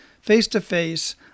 face-to-face